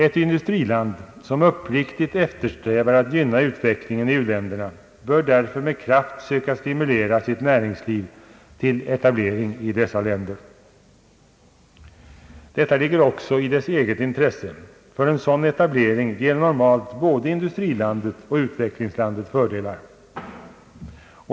Ett industriland som uppriktigt eftersträvar att gynna utvecklingen 'i u-länderna bör därför med kraft söka stimulera sitt näringsliv till etablering i dessa länder. Det ligger också i dess eget intresse därför att en sådan etablering normalt ger både industrilandet och utvecklingslandet fördelar.